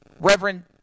Reverend